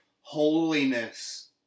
holiness